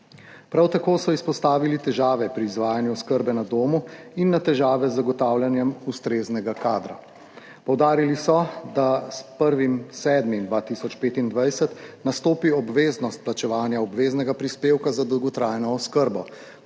Prav tako so izpostavili težave pri izvajanju oskrbe na domu in na težave z zagotavljanjem ustreznega kadra. Poudarili so, da s 1. 7. 2025, nastopi obveznost plačevanja obveznega prispevka za dolgotrajno oskrbo,